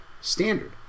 standard